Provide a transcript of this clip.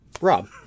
Rob